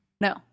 No